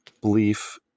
belief